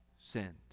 sinned